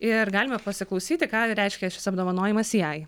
ir galime pasiklausyti ką reiškia šis apdovanojimas jai